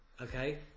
okay